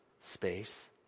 space